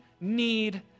need